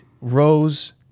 rose